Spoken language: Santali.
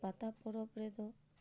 ᱯᱟᱛᱟ ᱯᱚᱨᱚᱵᱽ ᱨᱮᱫᱚ